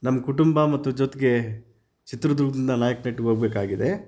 ನಮ್ಮ ಕುಟುಂಬ ಮತ್ತು ಜೊತೆಗೆ ಚಿತ್ರದುರ್ಗದಿಂದ ನಾಯಕನಹಟ್ಟಿ ಹೋಗ್ಬೇಕಾಗಿದೆ